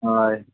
हय